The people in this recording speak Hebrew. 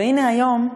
והנה היום,